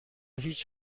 هیچ